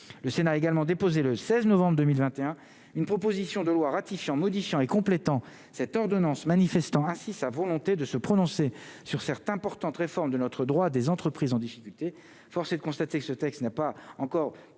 le Sénat a également déposé le 16 novembre 2021, une proposition de loi ratifiant modifiant et complétant cette ordonnance, manifestant ainsi sa volonté de se prononcer sur certains importante réforme de notre droit des entreprises en difficulté, force est de constater que ce texte n'est pas encore